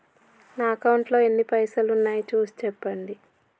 నా అకౌంట్లో ఎన్ని పైసలు ఉన్నాయి చూసి చెప్పండి?